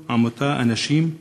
עמותה, אנשים,